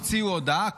הוציאו הודעה,